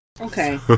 Okay